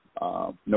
no